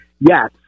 Yes